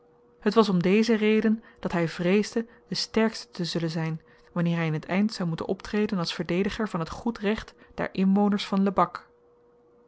het was om deze reden dat hy vreesde de sterkste te zullen zyn wanneer hy in t eind zou moeten optreden als verdediger van het goed recht der inwoners van lebak